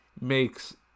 makes